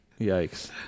Yikes